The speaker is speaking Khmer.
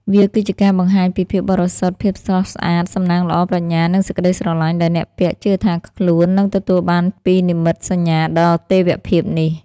វាគឺជាការបង្ហាញពី ភាពបរិសុទ្ធ ភាពស្រស់ស្អាត សំណាងល្អ ប្រាជ្ញា និង សេចក្តីស្រឡាញ់ ដែលអ្នកពាក់ជឿថាខ្លួននឹងទទួលបានពីនិមិត្តសញ្ញាដ៏ទេវភាពនេះ។